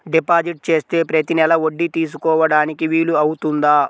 Deposit చేస్తే ప్రతి నెల వడ్డీ తీసుకోవడానికి వీలు అవుతుందా?